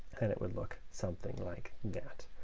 and it would look something like that.